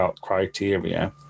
criteria